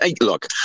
Look